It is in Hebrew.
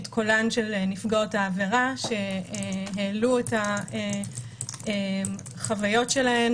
את קולן של נפגעות העבירה שהעלו את החוויות שלהן